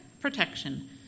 protection